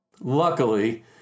Luckily